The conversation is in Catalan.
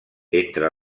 entre